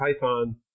Python